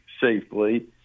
safely